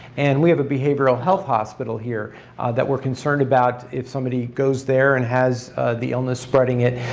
and we have a behavioral health hospital here that we're concerned about if somebody goes there and has the illness spreading it,